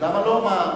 למה לא?